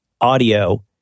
audio